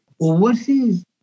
overseas